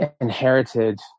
inherited